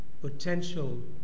potential